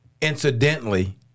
incidentally